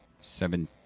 Seven